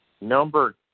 number